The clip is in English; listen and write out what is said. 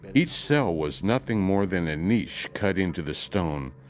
but each cell was nothing more than a niche cut into the stone,